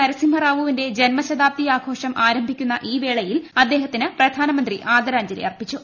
നരസിംഹ റാവുവിന്റെ ജൻമശതാബ്ദി ആഘോഷം ആരംഭിക്കുന്ന ഈ വേളയിൽ അദ്ദേഹത്തിന് പ്രധാനമന്ത്രി ആദരാഞ്ജലി അർപ്പിച്ചു